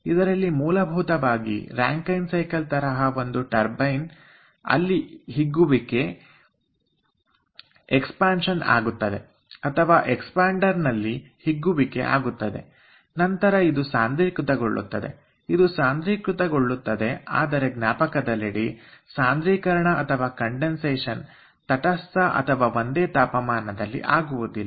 ಇದರಲ್ಲಿ ಮೂಲಭೂತವಾಗಿ Rankine cycle ತರಹ ಒಂದು ಟರ್ಬೈನ್ ಅಲ್ಲಿ ಹಿಗ್ಗುವಿಕೆ ಅಥವಾ ಎಕ್ಸ್ಪಾಂಶನ್ ಆಗುತ್ತದೆ ಅಥವಾ ಎಕ್ಸ್ಪಾಂಡರ್ ನಲ್ಲಿ ಹಿಗ್ಗುವಿಕೆ ಆಗುತ್ತದೆ ನಂತರ ಇದು ಸಾಂದ್ರೀಕೃತ ಗೊಳ್ಳುತ್ತದೆ ಇದು ಸಾಂದ್ರೀಕೃತಗೊಳ್ಳುತ್ತದೆ ಆದರೆ ಜ್ಞಾಪಕದಲ್ಲಿಡಿ ಸಾಂದ್ರೀಕರಣ ಅಥವಾ ಕಂಡನ್ಸೇಷನ್ ತಟಸ್ಥ ಅಥವಾ ಒಂದೇ ತಾಪಮಾನದಲ್ಲಿ ಆಗುವುದಿಲ್ಲ